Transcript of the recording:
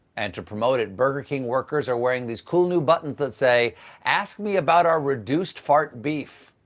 and to promote it burger king workers are wearing these cool new buttons that say ask me about our reduced fart-beef.